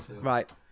right